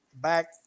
back